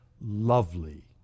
lovely